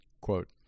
Quote